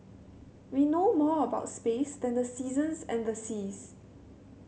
we know more about space than the seasons and the seas